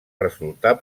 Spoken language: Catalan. resultar